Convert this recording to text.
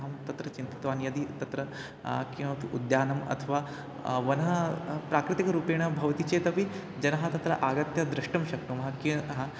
अहं तत्र चिन्तितवान् यदि तत्र किमपि उद्यानम् अथवा वनं प्राकृतिकरूपेण भवति चेत् अपि जनाः तत्र आगत्य द्रष्टुं शक्नुमः कियान् ह